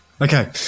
Okay